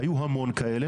היו כמון כאלה.